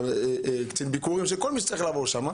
קצין ביקורים וכן הלאה.